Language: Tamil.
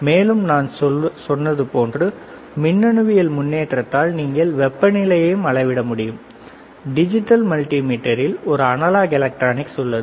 மேலும் நான் சொன்னது போன்ற மின்னணுவியல் முன்னேற்றத்தால்நீங்கள் வெப்பநிலையையும் அளவிட முடியும் டிஜிட்டல் மல்டிமீட்டரில் ஒரு அனலாக் எலக்ட்ரானிக்ஸ் உள்ளது